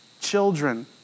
children